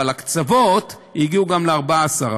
אבל הקצוות הגיעו גם ל-14%.